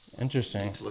Interesting